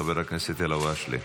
חבר הכנסת אלהואשלה.